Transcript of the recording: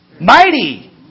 Mighty